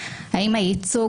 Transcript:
האם הייצוג,